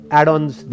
add-ons